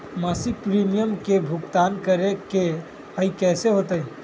मासिक प्रीमियम के भुगतान करे के हई कैसे होतई?